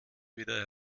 wieder